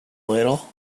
little